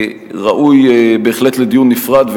הנושא ראוי בהחלט לדיון נפרד,